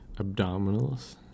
Abdominals